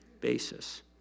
basis